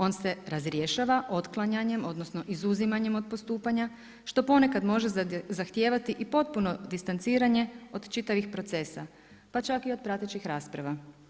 On se razrješava otklanjanjem odnosno izuzimanjem od postupanja što ponekad može zahtijevati i potpuno distanciranje od čitavih procesa, pa čak i od pratećih rasprava.